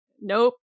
Nope